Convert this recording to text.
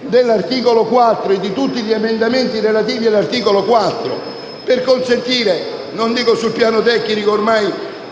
dell'articolo 4 e di tutti gli emendamenti relativi a tale articolo, per consentire non dico sul piano tecnico - ormai